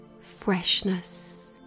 freshness